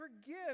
forgive